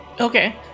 Okay